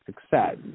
success